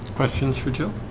questions for joe